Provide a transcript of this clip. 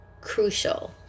crucial